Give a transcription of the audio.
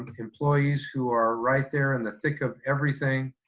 but employees who are right there in the thick of everything,